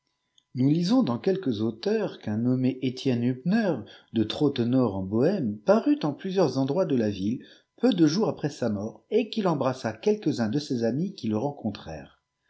nous lisons dans quelques auteurs qu'un nonuné etienne hubner d trawteneaur en bohème parut en plusieurs endroits de la ville peu de jours après sa mort et qu'il embrassa quelques uns de ses amis qui le